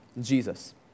Jesus